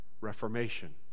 reformation